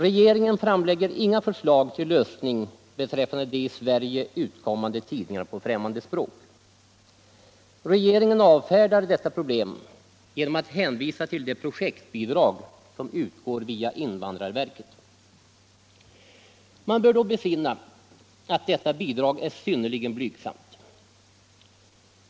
Regeringen framlägger inget förslag till lösning beträffande de i Sverige utkommande tidningarna på främmande språk. Regeringen avfärdar detta problem genom att hänvisa till det projektbidrag som utgår via invandrarverket. Man bör då besinna att detta bidrag är synnerligen blygsamt.